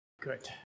good